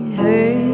hey